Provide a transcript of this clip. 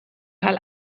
cael